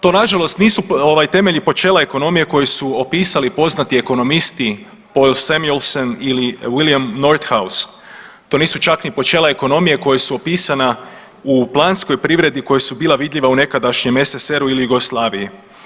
To nažalost nisu ovaj temelji počela ekonomije koji su opisali poznati ekonomisti Paul Samuelson ili William Nordhaus, to nisu čak niti počela ekonomije koje su opisana u planskoj privredi koja su bila vidljiva u nekadašnjem SSSR-u ili Jugoslaviji.